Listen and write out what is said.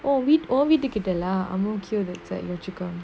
oh veet~ oh வீட்டு கிட்ட:veetu kitta lah ang mo kio that side yio chu kang